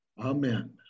Amen